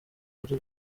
ari